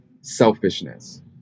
selfishness